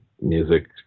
music